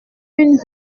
une